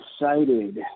excited